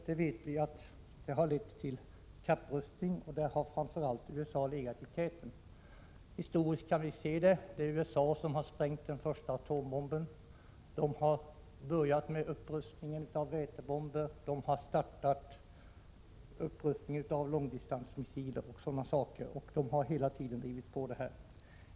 Vi vet att detta har lett till kapprustning, och där har USA legat i täten. Historiskt kan vi se att det var USA som sprängde den första atombomben, som började med upprustning med vätebomber, som startade upprustningen med långdistansmissiler osv. USA har hela tiden drivit på.